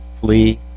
flee